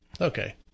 Okay